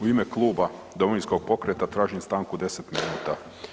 U ime Kluba Domovinskog pokreta tražim stanku od 10 minuta.